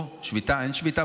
או, אין שביתה?